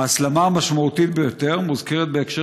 ההסלמה המשמעותית ביותר מוזכרת בהקשר